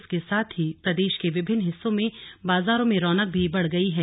इसके साथ ही प्रदेश के विभिन्न हिस्सों में बाजारों में रौनक भी बढ़ गई है